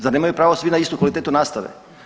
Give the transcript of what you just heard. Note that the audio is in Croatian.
Zar nemaju pravo svi na istu kvalitetu nastave?